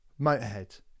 Motorhead